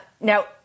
Now